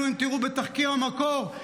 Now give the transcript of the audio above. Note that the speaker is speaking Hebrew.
אם תראו בתחקיר המקור,